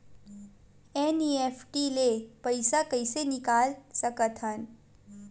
NEFT ले पईसा कइसे निकाल सकत हन?